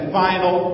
final